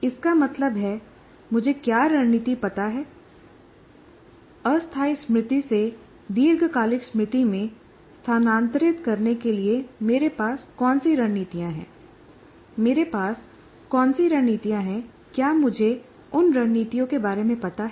इसका मतलब है मुझे क्या रणनीति पता है अस्थायी स्मृति से दीर्घकालिक स्मृति में स्थानांतरित करने के लिए मेरे पास कौन सी रणनीतियां हैं मेरे पास कौन सी रणनीतियां हैं क्या मुझे उन रणनीतियों के बारे में पता है